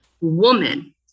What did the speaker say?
Woman